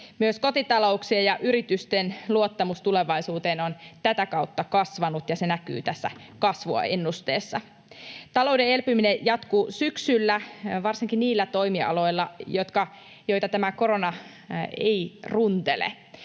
Myös kotitalouksien ja yritysten luottamus tulevaisuuteen on tätä kautta kasvanut, ja se näkyy tässä kasvuennusteessa. Talouden elpyminen jatkuu syksyllä, varsinkin niillä toimialoilla, joita tämä korona ei runtele.